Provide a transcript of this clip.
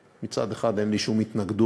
מצד אחד אין לי שום התנגדות,